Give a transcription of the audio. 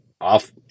off